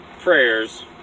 prayers